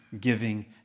giving